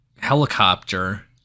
helicopter